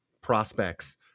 prospects